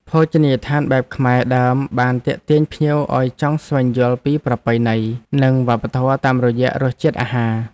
ភោជនីយដ្ឋានបែបខ្មែរដើមបានទាក់ទាញភ្ញៀវឱ្យចង់ស្វែងយល់ពីប្រពៃណី និងវប្បធម៌តាមរយៈរសជាតិអាហារ។